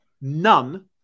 None